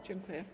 Dziękuję.